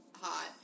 hot